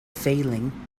failing